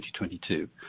2022